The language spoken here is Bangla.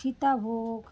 সীতাভোগ